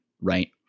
Right